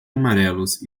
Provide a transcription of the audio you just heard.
amarelos